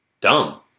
Dumb